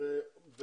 הם מטפלים בזה.